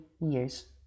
years